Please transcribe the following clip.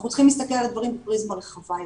אנחנו צריכים להסתכל על הדברים בפריזמה רחבה יותר.